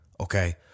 Okay